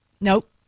Nope